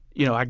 you know, like